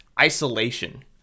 isolation